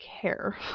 care